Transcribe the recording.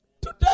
Today